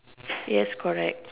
yes correct